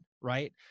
right